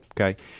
okay